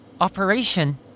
Operation